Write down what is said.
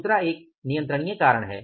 दूसरा एक अनियंत्रणिय कारण है